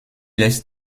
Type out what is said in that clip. laisse